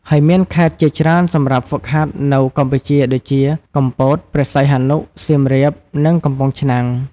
ហើយមានខេត្តជាច្រើនសម្រាប់ហ្វឹកហាត់នៅកម្ពុជាដូចជា កំពត ព្រះសីហនុ សៀមរាប និងកំពង់ឆ្នាំង។